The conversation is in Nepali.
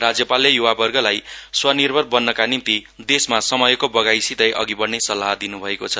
राज्यपालले युवावर्गलाई स्वनिर्भर बन्नका निम्ति देशमा समयको बगाइसितै अघि बढ्ने सल्लाह दिनुभएको छ